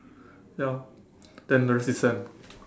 ya then the rest is sand